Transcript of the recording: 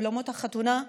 אולמות החתונה,